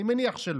אני מניח שלא.